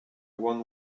won